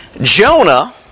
Jonah